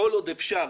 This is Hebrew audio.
כל עוד אפשר